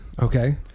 Okay